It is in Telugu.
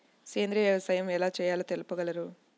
సేంద్రీయ వ్యవసాయం ఎలా చేయాలో తెలుపగలరు?